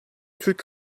türk